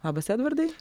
labas edvardai